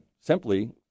simply